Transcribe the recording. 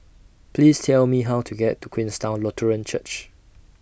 Please Tell Me How to get to Queenstown Lutheran Church